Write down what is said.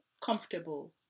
comfortable